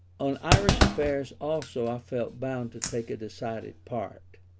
on irish affairs also i felt bound to take a decided part.